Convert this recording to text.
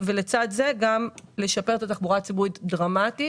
ולצד זה גם לשפר את התחבורה הציבורית דרמטית